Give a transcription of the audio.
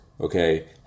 okay